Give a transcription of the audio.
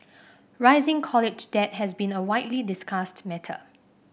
rising college debt has been a widely discussed matter